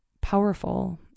powerful